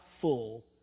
full